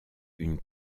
une